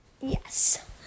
Yes